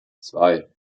zwei